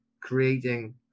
creating